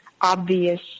obvious